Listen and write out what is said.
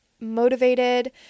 motivated